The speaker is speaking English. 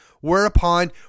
whereupon